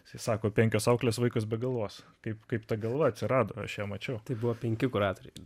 sako penkios auklės vaikas be galvos kaip kaip ta galva atsirado aš ją mačiau tai buvo penki kuratoriai